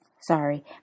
Sorry